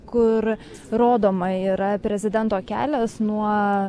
kur rodoma yra prezidento kelias nuo